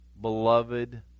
beloved